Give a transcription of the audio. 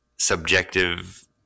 Subjective